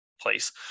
place